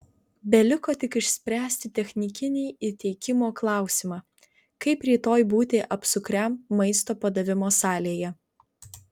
beliko tik išspręsti technikinį įteikimo klausimą kaip rytoj būti apsukriam maisto padavimo salėje